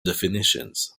definitions